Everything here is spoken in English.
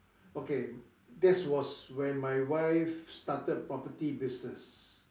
okay that was when my wife started property business